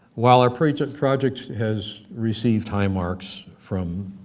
while our project project has received high marks from